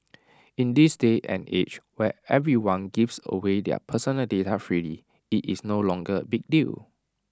in this day and age where everyone gives away their personal data freely IT is no longer A big deal